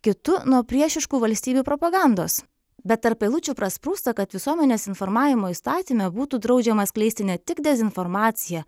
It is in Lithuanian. kitu nuo priešiškų valstybių propagandos bet tarp eilučių prasprūsta kad visuomenės informavimo įstatyme būtų draudžiama skleisti ne tik dezinformaciją